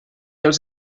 els